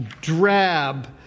drab